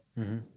mmhmm